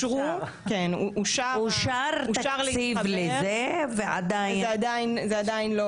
אושר תקציב לזה ועדיין --- זה עדיין לא